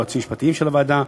ליועצים המשפטיים של הוועדה,